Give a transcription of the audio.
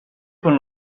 con